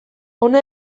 hona